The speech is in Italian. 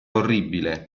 orribile